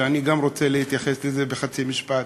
אני גם רוצה להתייחס לזה בחצי משפט,